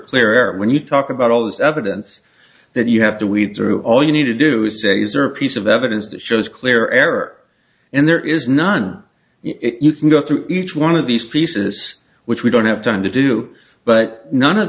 clear error when you talk about all this evidence that you have to weed through all you need to do is say these are a piece of evidence that shows clear error and there is none you can go through each one of these pieces which we don't have time to do but none of